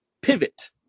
pivot